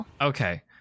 Okay